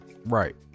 Right